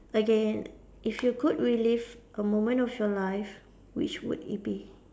again if you could relive a moment of your life which would it be